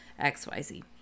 xyz